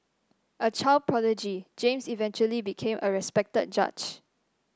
a child prodigy James eventually became a respected judge